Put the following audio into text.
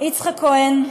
יצחק כהן,